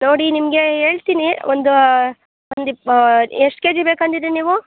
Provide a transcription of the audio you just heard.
ನೋಡಿ ನಿಮಗೆ ಹೇಳ್ತೀನಿ ಒಂದು ಒಂದು ಇಪ್ ಎಷ್ಟು ಕೆಜಿ ಬೇಕು ಅಂದಿದ್ದಿರಿ ನೀವು